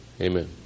Amen